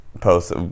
post